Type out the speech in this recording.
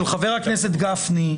של חבר הכנסת גפני,